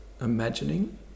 imagining